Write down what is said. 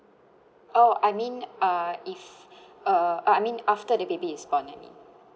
oh I mean uh if uh uh I mean after the baby is born I mean